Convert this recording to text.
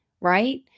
right